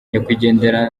nyakwigendera